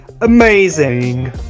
amazing